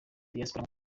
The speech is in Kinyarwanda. diyasipora